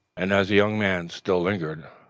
and as the young man still lingered,